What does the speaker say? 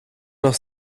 noch